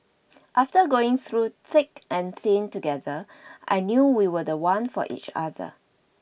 after going through thick and thin together I knew we were the one for each other